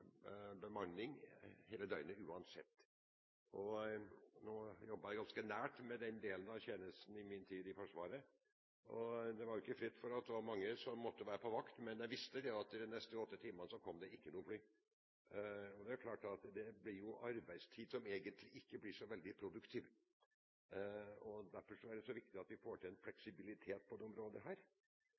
bemanning hele døgnet uansett. Jeg jobbet ganske nært med den delen av tjenesten i min tid i Forsvaret, og det var ikke fritt for at det var mange som måtte være på vakt, men jeg visste mange ganger at det de neste åtte timene ikke ville komme noen fly. Det er arbeidstid som egentlig ikke blir så veldig produktiv, og derfor er det så viktig at vi får til en fleksibilitet på dette området. Det